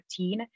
2013